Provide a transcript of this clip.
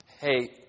hey